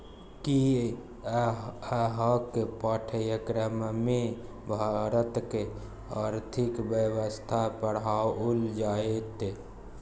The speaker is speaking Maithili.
कि अहाँक पाठ्यक्रममे भारतक आर्थिक व्यवस्था पढ़ाओल जाएत?